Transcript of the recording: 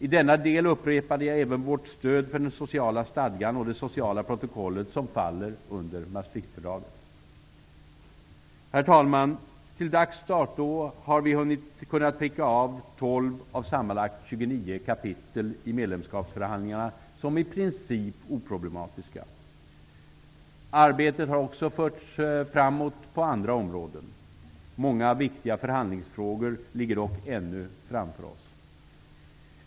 I denna del upprepade jag även vårt stöd för den sociala stadgan och det sociala protokollet som faller under Maastrichtfördraget. Herr talman! Till dags dato har vi kunnat pricka av tolv av sammanlagt 29 kapitel i medlemskapsförhandlingarna som i princip oproblematiska. Arbetet har också förts framåt på andra områden. Många viktiga förhandlingsfrågor ligger dock ännu framför oss.